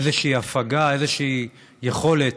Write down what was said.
איזושהי הפגה, איזושהי יכולת